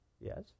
Yes